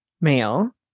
male